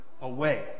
away